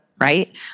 right